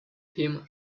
him